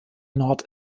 nord